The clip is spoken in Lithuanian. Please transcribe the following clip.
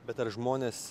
bet ar žmonės